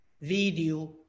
video